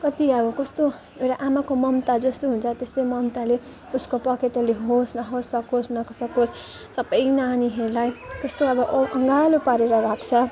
कति अब कस्तो एउटा आमाको ममता जस्तो हुन्छ त्यस्तै ममताले उसको पखेटाले होस् नहोस् सकोस् नसकोस् सबै नानीहरूलाई त्यस्तो अब ओ अङ्गालो पारेर राख्छ